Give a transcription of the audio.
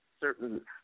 certain